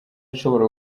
ishobora